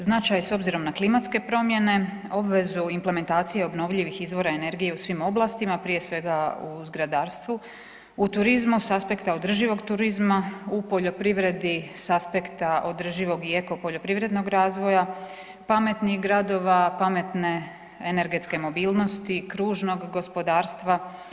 Značaj s obzirom na klimatske promjene, obvezu implementacije obnovljivih izvora energije u svim oblastima prije svega u zgradarstvu, u turizmu s aspekta održivog turizma, u poljoprivredi s aspekta održivog i eko poljoprivrednog razvoja, pametnih gradova, pametne energetske mobilnosti, kružnog gospodarstva.